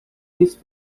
this